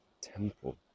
temple